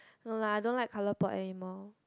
no lah I don't like colour port anymore